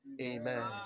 Amen